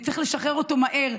וצריך לשחרר אותו מהר,